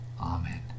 Amen